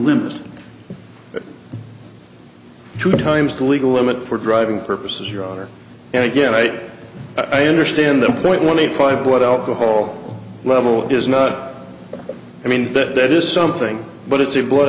limit two times the legal limit for driving purposes your honor and again i i understand the point one eight five what alcohol level does not i mean that is something but it's a blood